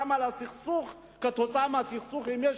אם יש